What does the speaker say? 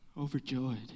Overjoyed